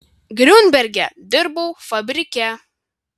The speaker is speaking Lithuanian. griunberge dirbau fabrike